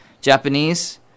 Japanese